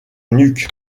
nuque